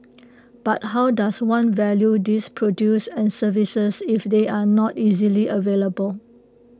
but how does one value these produce and services if they are not easily available